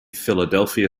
philadelphia